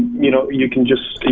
you know you can just,